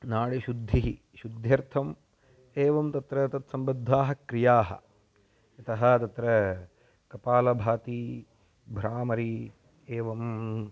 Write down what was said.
नाडिशुद्धिः शुद्ध्यर्थम् एवं तत्र तत्सम्बद्धाः क्रियाः यतः तत्र कपालभाती भ्रामरी एवम्